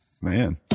Man